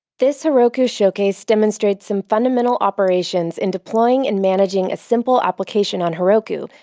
this heroku showcase demonstrates some fundamental operations in deploying and managing a simple application on heroku,